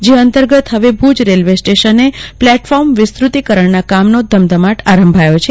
જે અંતર્ગત હવે ભુજ રેલવે સ્ટેશને પ્લેટફોર્મ વિસ્તૃતીકરણના કામનો ધમધમાટ અારંભાયો છે